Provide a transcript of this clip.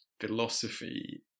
philosophy